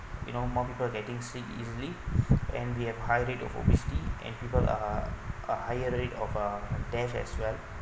you know more people getting sick easily and we have high rates of obesity and people are uh higher rate of uh death as well